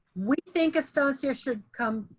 we think estancia should come,